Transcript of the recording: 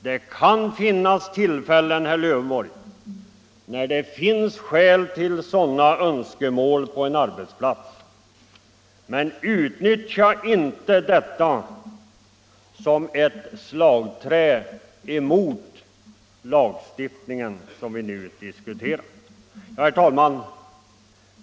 Det kan finnas tillfällen, herr Lövenborg, när det finns skäl till sådana önskemål på en arbetsplats, men utnyttja inte detta som ett slagträ mot den lagstiftning som vi nu diskuterar! Herr talman!